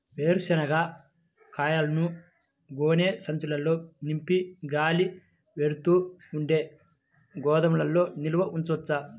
వేరుశనగ కాయలను గోనె సంచుల్లో నింపి గాలి, వెలుతురు ఉండే గోదాముల్లో నిల్వ ఉంచవచ్చా?